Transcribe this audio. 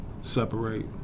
separate